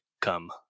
come